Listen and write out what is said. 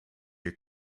your